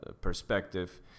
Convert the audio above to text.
perspective